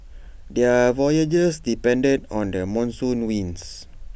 their voyages depended on the monsoon winds